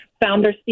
Founder